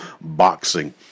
boxing